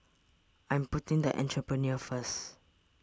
I'm putting the Entrepreneur First